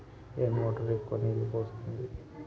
ఏ motor ఎక్కువ నీళ్లు పోస్తుంది?